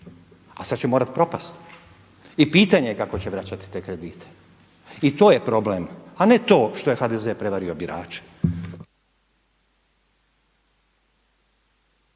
a sad će morat propast i pitanje je kako će vraćati te kredite. I to je problem, a ne to što je HDZ prevario birače.